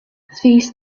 these